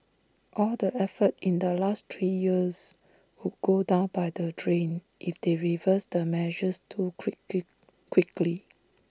all the effort in the last three years would go down by the drain if they reverse the measures too quickly quickly